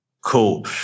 Cool